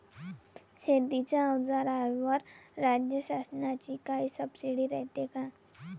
शेतीच्या अवजाराईवर राज्य शासनाची काई सबसीडी रायते का?